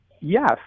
Yes